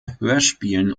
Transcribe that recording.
hörspielen